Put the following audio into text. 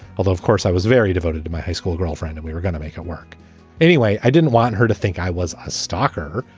although, of course, i was very devoted to my high school girlfriend and we were gonna make it work anyway. i didn't want her to think i was a stalker.